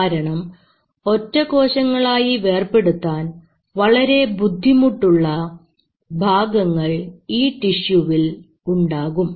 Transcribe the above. കാരണം ഒറ്റ കോശങ്ങളായി വേർപെടുത്താൻ വളരെ ബുദ്ധിമുട്ടുള്ള ഭാഗങ്ങൾ ഈ ടിഷ്യുവിൽ ഉണ്ടാകും